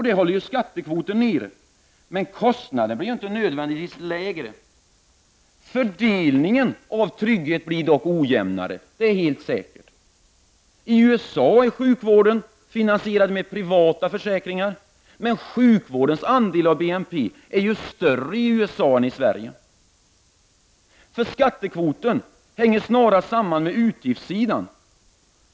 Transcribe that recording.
Det håller skattekvoten nere, men kostnaden blir inte nödvändigtvis lägre. Fördelningen av tryggheten blir dock ojämnare, det är helt säkert. I USA är t.ex. sjukvården finansierad genom privata försäkringar, men sjukvårdens andel av BNP är större i USA än i Sverige. Skattekvoten hänger snarare samman med utgifterna.